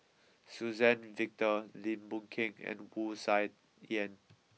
Suzann Victor Lim Boon Keng and Wu Tsai Yen